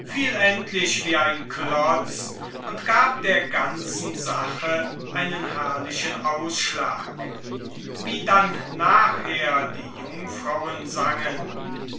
fiel endlich wie ein klotz und gab der ganzen sache einen herrlichen ausschlag wie dann nachher die jungfrauen sangen